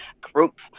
group